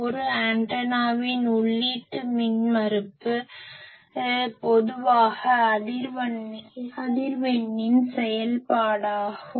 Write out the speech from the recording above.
ஒரு ஆண்டனாவின் உள்ளீட்டு மின்மறுப்பு பொதுவாக அதிர்வெண்ணின் செயல்பாடாகும்